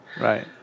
Right